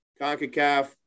Concacaf